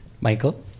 Michael